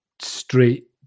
straight